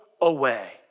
away